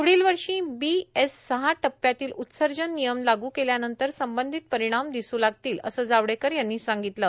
पुढील वर्षी बीएस सहा टप्प्यातील उत्सर्जन नियम लागू केल्यानंतर संबंधित परिणात दिसू लागतील असं जावडेकर यांनी सांगितलं